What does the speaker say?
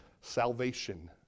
salvation